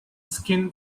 skin